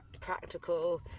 practical